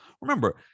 remember